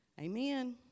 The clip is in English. Amen